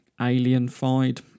alien-fied